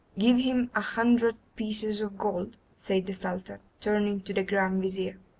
give him a hundred pieces of gold said the sultan, turning to the grand vizir.